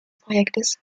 projektes